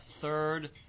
third